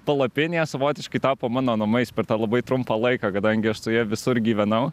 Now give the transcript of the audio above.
palapinė savotiškai tapo mano namais per tą labai trumpą laiką kadangi aš su ja visur gyvenau